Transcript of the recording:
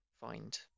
find